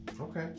Okay